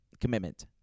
Commitment